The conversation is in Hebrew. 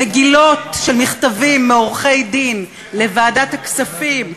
מגילות של מכתבים מעורכי-דין לוועדת הכספים,